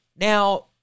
Now